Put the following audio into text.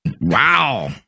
Wow